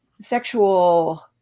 Sexual